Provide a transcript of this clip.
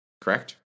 Correct